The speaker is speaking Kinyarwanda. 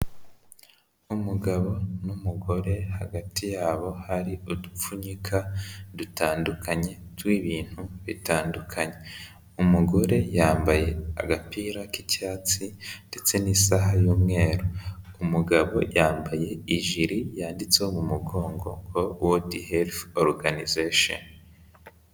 Umugabo n'umugore hagati yabo hari udupfunyika dutandukanye tw'ibintu bitandukanye, umugore yambaye agapira k'icyatsi ndetse n'isaha y'umweru, umugabo yambaye ijiri yanditseho mu mugongo Wodi Herifu Oruganizashoni.